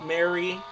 Mary